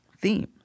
themes